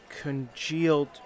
congealed